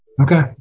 Okay